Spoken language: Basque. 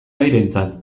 bairentzat